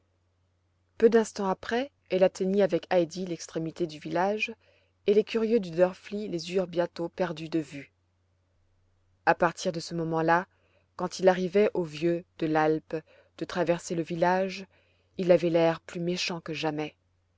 peu d'instants après elle atteignit avec heidi l'extrémité du village et les curieux de drfli les eurent bientôt perdues de vue a partir de ce moment-là quand il arrivait au vieux de l'alpe de traverser le village il avait l'air plus méchant que jamais